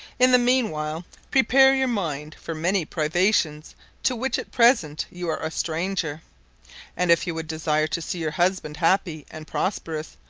in the mean while prepare your mind for many privations to which at present you are a stranger and if you would desire to see your husband happy and prosperous,